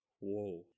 Whoa